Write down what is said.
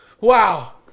Wow